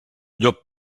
llop